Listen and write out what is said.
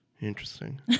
Interesting